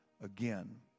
again